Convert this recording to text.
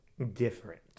different